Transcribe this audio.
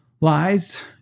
lies